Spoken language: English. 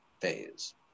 phase